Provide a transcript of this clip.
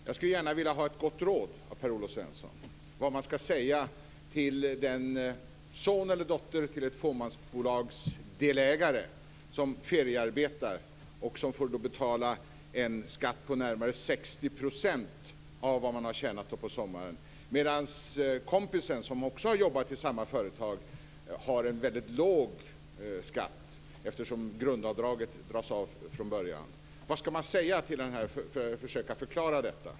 Fru talman! Jag har en reflexion och några frågor. Jag skulle gärna vilja ha ett gott råd av Per-Olof Svensson vad man ska säga till den son eller dotter till en fåmansbolagsdelägare som feriearbetar i bolaget och får betala en skatt på närmare 60 % av vad han eller hon har tjänat på sommaren, medan kompisen som också har jobbat i samma företag behöver betala en väldigt låg skatt, eftersom grundavdraget dras av från början. Vad ska man säga till denna son eller dotter för att försöka förklara detta?